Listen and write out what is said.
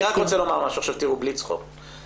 אני רוצה לומר משהו, בלי צחוק,